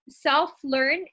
self-learn